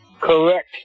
Correct